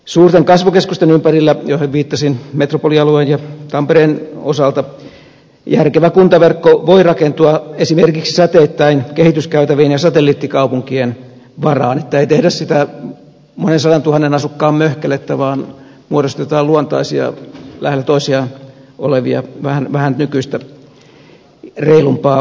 suurten kasvukeskusten ympärillä joihin viittasin metropolialueen ja tampereen osalta järkevä kuntaverkko voi rakentua esimerkiksi säteittäin kehityskäytäviin ja satelliittikaupunkien varaan että ei tehdä sitä monen sadan tuhannen asukkaan möhkälettä vaan muodostetaan luontaisia lähellä toisiaan olevia vähän nykyistä reilumpaa kuntakokoa